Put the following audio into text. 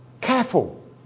careful